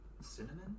cinnamon